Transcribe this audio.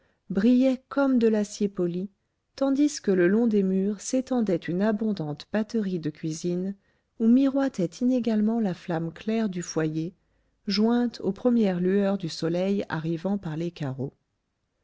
brillaient comme de l'acier poli tandis que le long des murs s'étendait une abondante batterie de cuisine où miroitait inégalement la flamme claire du foyer jointe aux premières lueurs du soleil arrivant par les carreaux